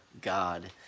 God